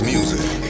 Music